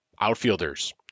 outfielders